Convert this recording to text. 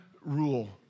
rule